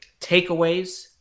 takeaways